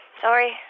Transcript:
Sorry